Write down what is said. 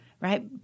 right